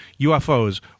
UFOs